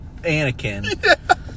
Anakin